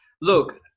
look